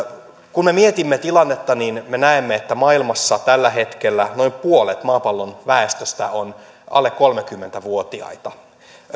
kun me mietimme tilannetta niin me me näemme että maailmassa tällä hetkellä noin puolet maapallon väestöstä on alle kolmekymmentä vuotiaita